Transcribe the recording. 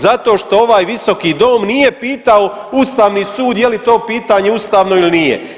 Zato što ovaj visoki dom nije pitao Ustavni sud je li to pitanje ustavno ili nije.